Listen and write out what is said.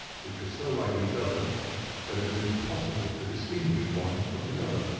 which were so like each other that it was impossible to distinguish one from the other.